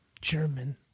German